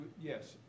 Yes